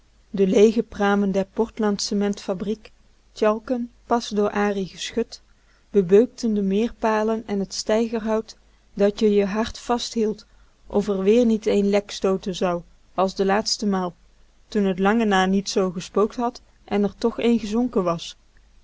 de leege pramen der portland cement fabriek tjalken pas door an geschut bebeukten de meerpalen en t steigerhout dat je je hart vasthield of r weer niet een lek stooten zou as de laatste maal toen t langeva niet zoo gespookt had en r toch een gezonken was